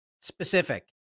specific